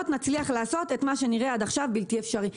נצליח לעשות את מה שנראה עד עכשיו בלתי אפשרי.